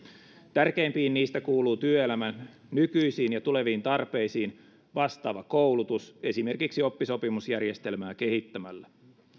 tärkeimpiin niistä kuuluu työelämän nykyisiin ja tuleviin tarpeisiin vastaava koulutus esimerkiksi oppisopimusjärjestelmää kehittämällä